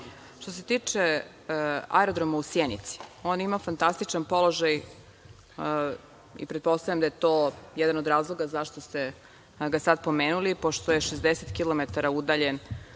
Što se tiče aerodroma u Sjenici, on ima fantastičan položaj i pretpostavljam da je to jedan od razloga zašto ste ga sada pomenuli, pošto je 60 kilometara udaljen